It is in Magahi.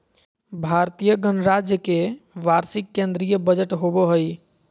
भारतीय गणराज्य के वार्षिक केंद्रीय बजट होबो हइ